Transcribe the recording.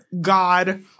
god